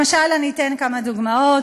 למשל, אני אתן כמה דוגמאות: